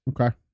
Okay